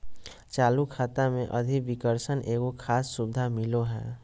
चालू खाता मे अधिविकर्षण एगो खास सुविधा मिलो हय